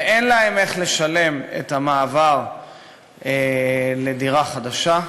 אין להם איך לשלם את המעבר לדירה חדשה,